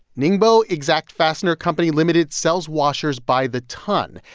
ningbo exact fastener company, ltd. sells washers by the ton.